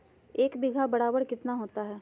एक बीघा बराबर कितना होता है?